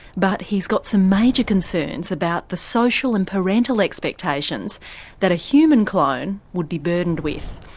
but he's got some major concerns about the social and parental expectations that a human clone would be burdened with.